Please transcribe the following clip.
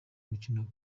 umukino